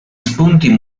spunti